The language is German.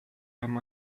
haben